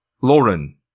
Lauren